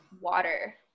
water